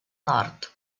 nord